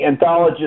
anthologist